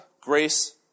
grace